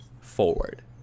forward